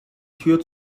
tür